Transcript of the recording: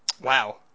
Wow